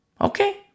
Okay